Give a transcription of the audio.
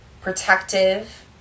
protective